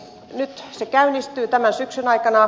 nyt se käynnistyy tämän syksyn aikana